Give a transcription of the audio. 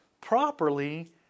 properly